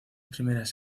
primeras